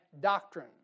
doctrine